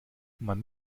man